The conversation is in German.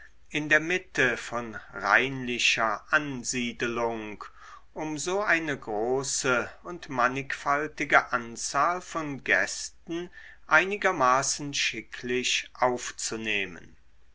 in der mitte von reinlicher ansiedelung um so eine große und mannigfaltige anzahl von gästen einigermaßen schicklich aufzunehmen